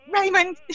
Raymond